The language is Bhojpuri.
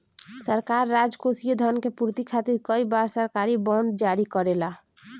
सरकार राजकोषीय धन के पूर्ति खातिर कई बार सरकारी बॉन्ड जारी करेला